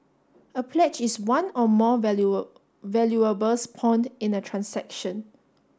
a pledge is one or more valuables pawned in a transaction